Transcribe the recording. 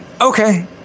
Okay